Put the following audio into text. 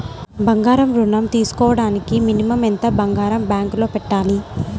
బంగారం ఋణం తీసుకోవడానికి మినిమం ఎంత బంగారం బ్యాంకులో పెట్టాలి?